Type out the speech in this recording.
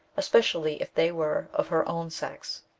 especially if they were of her own sex.